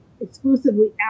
exclusively